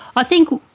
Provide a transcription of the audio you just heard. i think,